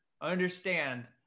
understand